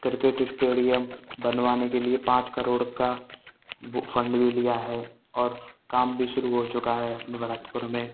cricket stadium बनवाने के लिए पाँच करोड़ का वह फ़ंड भी लिया है और काम भी शुरू हो चुका है अपने भरतपुर में